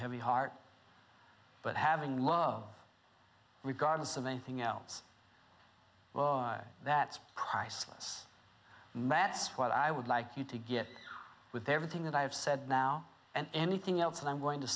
heavy heart but having love regardless of anything else that's priceless matts what i would like you to get with everything that i have said now and anything else that i'm going to